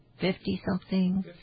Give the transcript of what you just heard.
Fifty-something